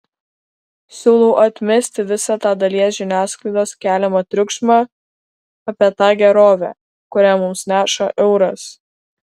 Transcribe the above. siūlau atmesti visą tą dalies žiniasklaidos keliamą triukšmą apie tą gerovę kurią mums neša euras